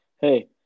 Hey